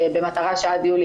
במטרה שעד יולי